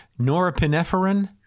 norepinephrine